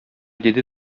диде